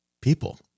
people